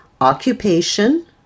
Occupation